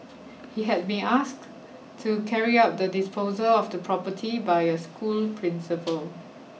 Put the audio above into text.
he had been asked to carry out the disposal of the property by a school principal